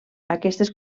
aquestes